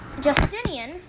Justinian